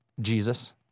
Jesus